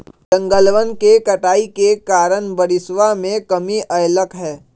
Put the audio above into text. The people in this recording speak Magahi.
जंगलवन के कटाई के कारण बारिशवा में कमी अयलय है